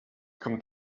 kommt